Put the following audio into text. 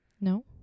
No